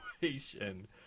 situation